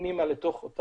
פנימה לתוך אותו